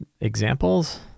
examples